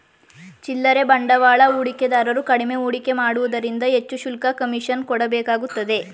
ಚಿಲ್ಲರೆ ಬಂಡವಾಳ ಹೂಡಿಕೆದಾರರು ಕಡಿಮೆ ಹೂಡಿಕೆ ಮಾಡುವುದರಿಂದ ಹೆಚ್ಚು ಶುಲ್ಕ, ಕಮಿಷನ್ ಕೊಡಬೇಕಾಗುತ್ತೆ